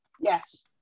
Yes